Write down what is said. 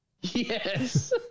Yes